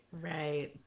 Right